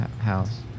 house